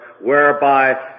whereby